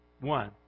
One